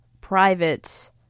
private